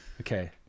Okay